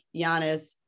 Giannis